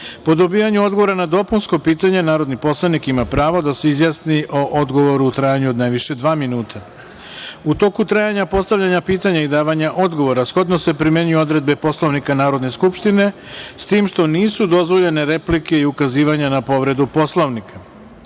Po dobijanju odgovora na dopunsko pitanje, narodni poslanik ima pravo da se izjasni o odgovoru u trajanju od najviše dva minuta.U toku trajanja postavljanja pitanja i davanja odgovora, shodno se primenjuju odredbe Poslovnika Narodne skupštine, s tim što nisu dozvoljene replike i ukazivanja na povredu Poslovnika.U